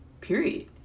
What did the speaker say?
period